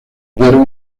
huyeron